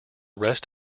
rest